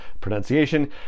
pronunciation